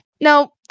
No